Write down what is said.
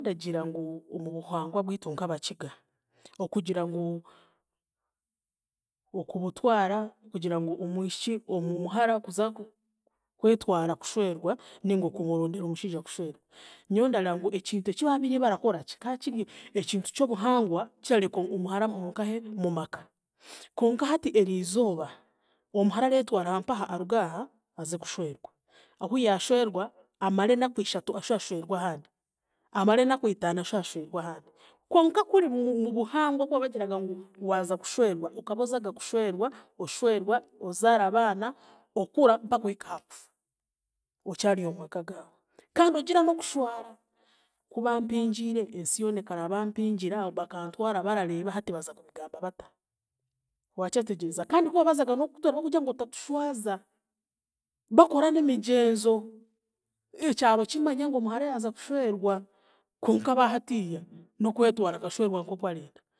Ndagira ngu omu buhangwa bwitu nk'Abakiga, okugira ngu, okubutwara, okugira ngu omwishiki, omuhara kuza kwetwara kushwerwa ninga okuronda omushiija kushwerwa nyowe ndareeba ngu ekintu eki baabiire barakora kikaakirye ekintu ky'obuhangwa, kirareka omuhara nkahe, omu maka konka hati eriizooba, omuhara areetwara aha mpaha aruge aha aze kushwerwa, ahu yaashwerwa amare enaku ishatu ashu ashwerwe ahandi, amare enaku itaano ashu ashwerwe ahandi konka kuri mu- mubuhangwa ku baabagiraga ngu waaza kushwerwa, okaba ozaga kushwerwa, oshwerwa ozaara abaana, okura mpaka ohika hakufa okyari omu maka gaawe kandi ogira n'okushwara, kubampingiire, ensi yoona ekara bampingira bakantwara barareeba hati baaza kubigamba bata, waakyetegyereza kandi kubaabazaga kukutwara bakugira ngu otatushwaza, bakora n'emigyenzo, ekyaro kimanya ngu omuhara yaaza kushwerwa, konka aba hatiiya, nokwetwara akashwerwa nkokwarenda.